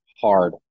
hard